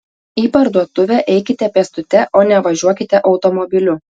į parduotuvę eikite pėstute o ne važiuokite automobiliu